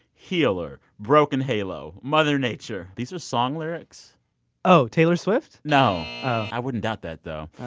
healer, broken halo, mother nature. these are song lyrics oh, taylor swift no. i wouldn't doubt that though